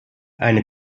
eine